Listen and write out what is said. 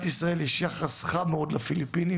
ישראל יש יחס עם מאוד עם הפיליפינים,